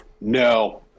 No